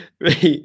Right